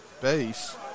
base